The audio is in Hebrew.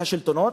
והשלטונות,